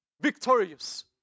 victorious